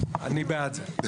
אני בעד זה.